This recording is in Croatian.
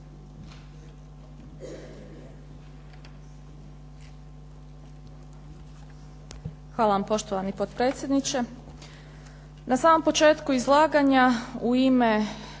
Hvala vam poštovani potpredsjedniče. Na samom početku izlaganja u ime